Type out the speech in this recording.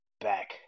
back